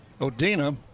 Odina